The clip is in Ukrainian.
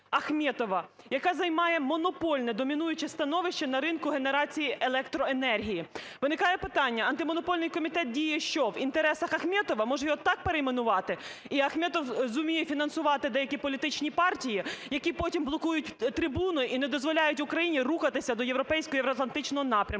Ахметова, яка займає монопольне, домінуюче становище на ринку генерації електроенергії. Виникає питання: Антимонопольний комітет діє що, в інтересах Ахметова? Може його так перейменувати і Ахметов зуміє фінансувати деякі політичні партії, які потім блокують трибуну і не дозволяють Україні рухатися до європейського євроатлантичного напрямку.